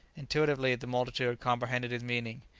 intuitively the multitude comprehended his meaning.